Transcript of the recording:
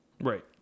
right